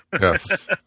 Yes